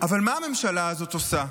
אבל מה הממשלה הזאת עושה?